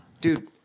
Dude